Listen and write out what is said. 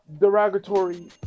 derogatory